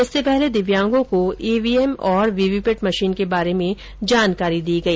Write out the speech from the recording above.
इससे पहले दिव्यांगों को ईवीएम और वीवीपैट मशीन के बारे में जानकारी दी गई